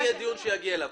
זה דיון שנגיע אליו.